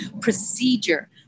procedure